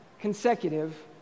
consecutive